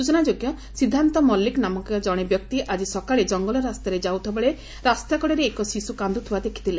ସ୍ଚନାଯୋଗ୍ୟ ସିଦ୍ଧାନ୍ତ ମଲ୍କିକ ନାମକ ଜଣେ ବ୍ୟକ୍ତି ଆଜି ସକାଳେ କଙଙ ରାସ୍ତାରେ ଯାଉଥିବାବେଳେ ରାସ୍ତାକଡ଼ରେ ଏକ ଶିଶୁ କାନ୍ଦୁଥିବା ଦେଖିଥିଲେ